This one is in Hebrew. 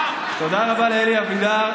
תודה רבה לאלי אבידר.